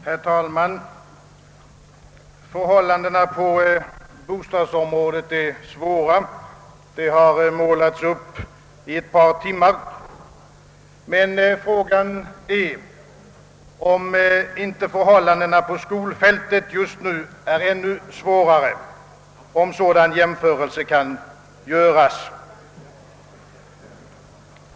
Herr talman! Förhållandena på bostadsområdet är svåra. De har målats upp under ett par timmar här i kammaren, men fråga är om inte förhållandena på skolfältet just nu är ännu svårare, om nu en sådan jämförelse kan göras.